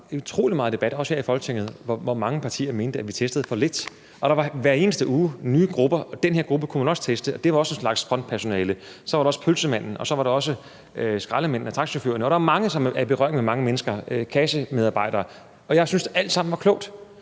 der var utrolig meget debat, også her i Folketinget, hvor mange partier mente, at vi testede for lidt: Der var hver eneste uge nye grupper, som man kunne teste, for de var også en slags frontpersonale. Så var der også pølsemanden, og så var der også skraldemændene og taxachaufførerne og kassemedarbejderne. Der er mange, som er i berøring med mange mennesker, og jeg synes, at det alt sammen var klogt.